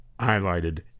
highlighted